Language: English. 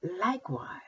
likewise